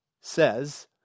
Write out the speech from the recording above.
says